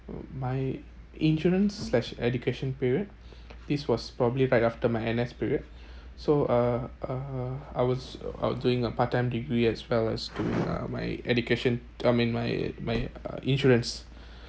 my insurance slash education period this was probably right after my N_S period so uh uh I was I was doing a part time degree as well as doing uh my education I mean my my uh insurance